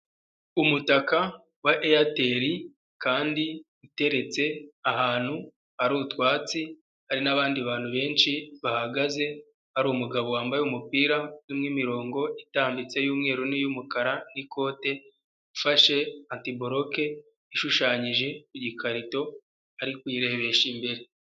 Umutaka wa airtel kandi uteretse ahantu hari utwatsi, hari n'abandi bantu benshi bahagaze. Hari umugabo wambaye umupira urimo imirongo itambitse y'umweru niy'umukara n'ikote, ufashe antiburoke ishushanyije ku ikarito ari kuyirebesha imbere.